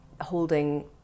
holding